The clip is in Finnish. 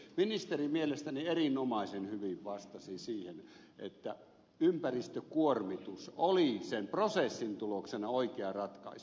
ministeri mielestäni erinomaisen hyvin vastasi siihen että ympäristökuormitus oli sen prosessin tuloksena oikea ratkaisu